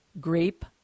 grape